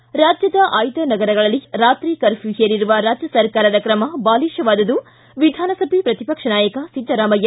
ಿ ರಾಜ್ಯದ ಆಯ್ದ ನಗರಗಳಲ್ಲಿ ರಾತ್ರಿ ಕರ್ಫ್ಯೂ ಹೇರಿರುವ ರಾಜ್ಯ ಸರ್ಕಾರದ ಕ್ರಮ ಬಾಲಿಷವಾದುದು ವಿಧಾನಸಭೆ ಪ್ರತಿಪಕ್ಷ ನಾಯಕ ಸಿದ್ದರಾಮಯ್ಯ